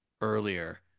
earlier